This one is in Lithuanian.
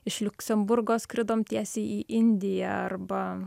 iš liuksemburgo skridom tiesiai į indiją arba